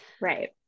Right